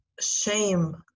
shame